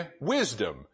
wisdom